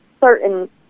certain